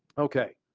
okay,